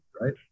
right